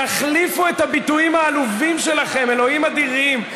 תחליפו את הביטויים העלובים שלכם, אלוהים אדירים.